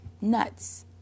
nuts